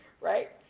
right